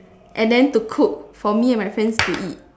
and then to cook for me and my friends to eat